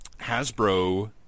Hasbro